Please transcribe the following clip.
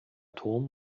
turm